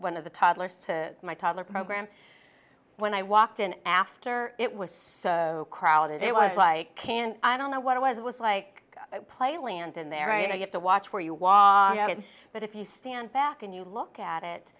one of the toddlers to my toddler program when i walked in after it was so crowded it was like can i don't know what it was it was like plane land in there i get to watch where you walk but if you stand back and you look at